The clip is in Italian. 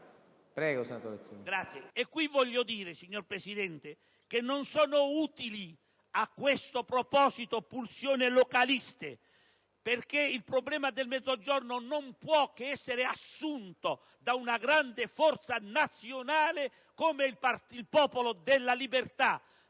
Grazie, signor Presidente. E qui voglio dire che non sono utili a questo proposito pulsioni localiste, perché il problema del Mezzogiorno non può che essere assunto da una grande forza nazionale come il Popolo della Libertà,